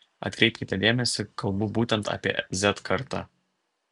atkreipkite dėmesį kalbu būtent apie z kartą